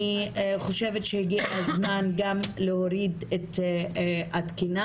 חושב שהגיע הזמן גם להוריד את התקינה,